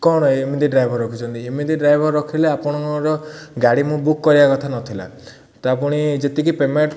କ'ଣ ଏମିତି ଡ୍ରାଇଭର୍ ରଖୁଛନ୍ତି ଏମିତି ଡ୍ରାଇଭର୍ ରଖିଲେ ଆପଣଙ୍କର ଗାଡ଼ି ମୁଁ ବୁକ୍ କରିବା କଥା ନ ଥିଲା ତ ଆପଣ ଯେତିକି ପେମେଣ୍ଟ୍